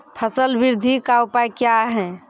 फसल बृद्धि का उपाय क्या हैं?